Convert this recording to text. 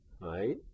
right